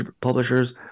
publishers